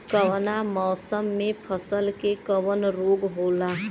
कवना मौसम मे फसल के कवन रोग होला?